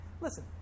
listen